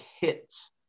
hits